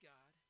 God